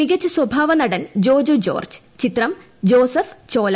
മികച്ച സ്വഭാവ നടൻ ജോജു ജോർജ് ചിത്രം ജോസഫ് ചോല